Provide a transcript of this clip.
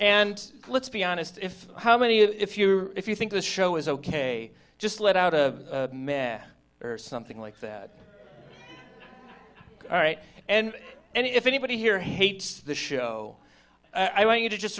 and let's be honest if how many if you are if you think the show is ok just let out a man or something like that all right and and if anybody here hates the show i want you to just